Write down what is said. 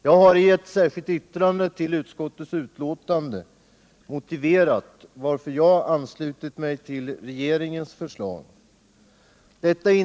Jag har i ett särskilt yttrande motiverat varför jag har anslutit mig till regeringens förslag.